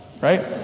right